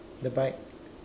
the bike